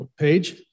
page